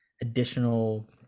additional